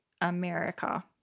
America